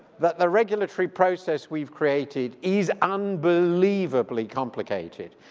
that the regulatory process we've created is unbelievably complicated.